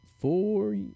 four